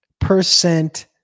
percent